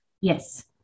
Yes